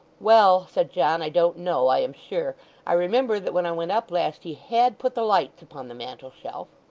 well, said john, i don't know i am sure i remember that when i went up last, he had put the lights upon the mantel-shelf